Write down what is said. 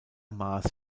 maas